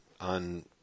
on